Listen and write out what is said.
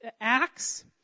acts